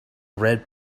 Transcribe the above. red